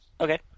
Okay